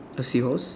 does he yours